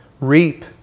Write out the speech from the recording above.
reap